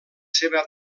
seva